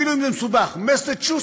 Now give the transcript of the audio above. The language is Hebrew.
אפילו אם זה מסובך: מסצ'וסטס